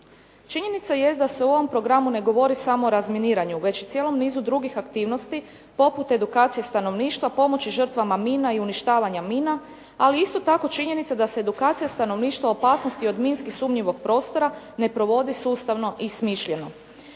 Činjenica jest da se u ovom programu ne govori samo o razminiranju, već cijelom nizu drugih aktivnosti poput edukacije stanovništva, pomoći žrtvama mina i uništavanja mina, ali isto tako činjenica da se edukacija stanovništva opasnosti od minski sumnjivog prostora ne provodi sustavno i smišljeno.